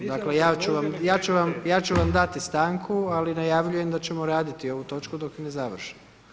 Dakle, ja ću vam dati stanku, ali najavljujem da ćemo raditi ovu točku dok ne završimo.